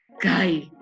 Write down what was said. guy